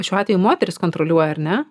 šiuo atveju moteris kontroliuoja ar ne